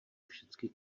všecky